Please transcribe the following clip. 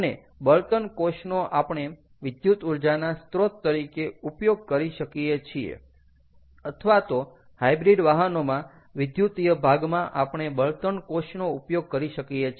અને બળતણ કોષનો આપણે વિદ્યુત ઊર્જાના સ્ત્રોત તરીકે ઉપયોગ કરી શકીએ છીએ અથવા તો હાઇબ્રીડ વાહનોમાં વિદ્યુતીય ભાગમાં આપણે બળતણ કોષનો ઉપયોગ કરી શકીએ છીએ